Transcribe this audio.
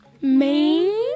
Main